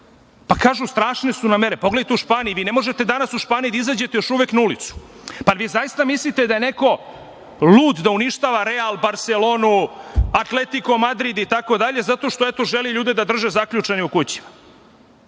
– strašne su nam mere. Pogledajte u Španiji. Vi ne možete danas u Španiji da izađe još uvek na ulicu. Jel vi zaista mislite da je neko lud da uništava „Real“, „Barselonu“, „Atletiko Madrid“, itd., zato što, eto, žele ljude da drže zaključane u kućama?